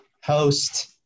host –